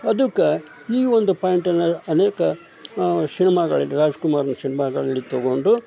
ಅದಕ್ಕ ಈ ಒಂದು ಪಾಯಿಂಟನ್ನು ಅನೇಕ ಸಿನಿಮಾಗಳಿದೆ ರಾಜ್ಕುಮಾರನ ಸಿನಿಮಾಗಳಲ್ಲಿ ತಗೊಂಡು